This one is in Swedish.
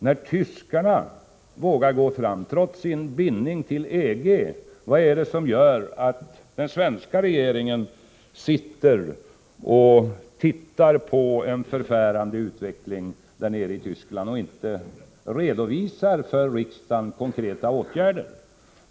När tyskarna vågar gå fram med åtgärder, trots sin bindning till EG, vad är det då som gör att den svenska regeringen sitter och observerar en förfärande utveckling nere i Tyskland och begynnande skogsdöd i Sverige och inte redovisar några konkreta åtgärder för riksdagen?